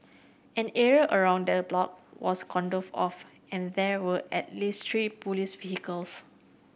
an area around the block was cordoned off and there were at least three police vehicles